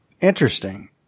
Interesting